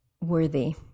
worthy